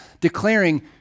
declaring